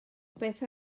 beth